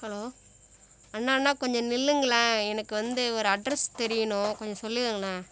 hello அண்ணா அண்ணா கொஞ்சம் நில்லுங்களேன் எனக்கு வந்து ஒரு அட்ரஸ் தெரியணும் கொஞ்சம் சொல்லுங்களேன்